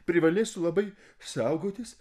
privalėsiu labai saugotis